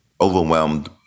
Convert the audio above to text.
overwhelmed